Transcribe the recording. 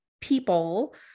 people